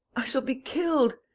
i shall be killed.